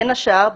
בין השאר,